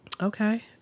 Okay